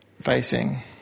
facing